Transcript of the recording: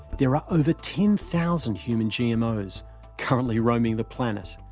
there are over ten thousand human gmos currently roaming the planet.